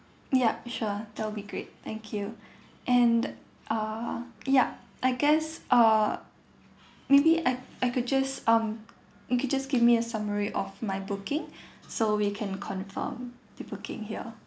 yup sure that'll be great thank you and err yup I guess err maybe I I could just um you can just give me a summary of my booking so we can confirm the booking here